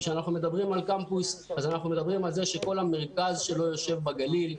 כשאנחנו מדברים על קמפוס אנחנו מדברים על זה שכל המרכז שלו יושב בגליל,